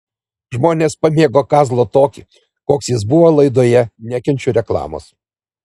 žmonės pamėgo kazlą tokį koks jis buvo laidoje nekenčiu reklamos